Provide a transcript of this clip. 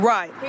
Right